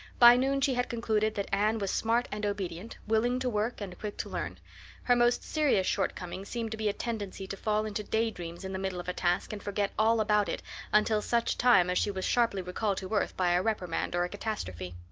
by noon she had concluded that anne was smart and obedient, willing to work and quick to learn her most serious shortcoming seemed to be a tendency to fall into daydreams in the middle of a task and forget all about it until such time as she was sharply recalled to earth by a reprimand or a catastrophe.